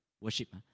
Worship